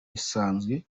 basanzwe